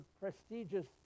prestigious